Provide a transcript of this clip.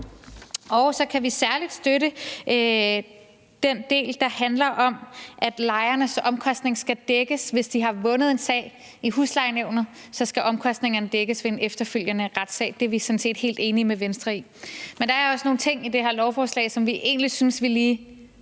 Og så kan vi særlig støtte den del, der handler om, at lejernes omkostning skal dækkes, hvis de har vundet en sag i huslejenævnet; så skal omkostninger ved en efterfølgende retssag dækkes. Det er vi sådan set helt enig med Venstre i. Men der er også nogle ting i det her lovforslag, som vi egentlig synes vi lige